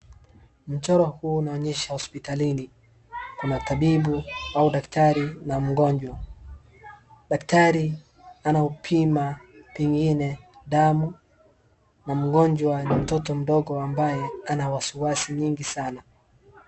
Mchoro huu unaonyesha hospitalini. Kuna tabibu au daktari na mgonjwa. Daktari anaupima pengine damu, na mgonjwa ni mtoto mdogo ambaye anawasiwasi nyingi sana.